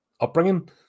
upbringing